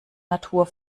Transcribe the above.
natur